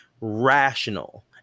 rational